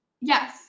Yes